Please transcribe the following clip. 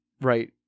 Right